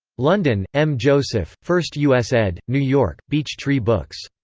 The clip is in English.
london m. joseph first us ed, new york beech tree books.